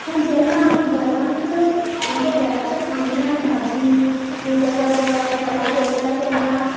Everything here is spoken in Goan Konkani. पूण जेन्ना आमी घरांत आमच्या घराच्या आंगणान भाजी नाजाल्यार फळां रोयतात तेन्ना